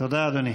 תודה, אדוני.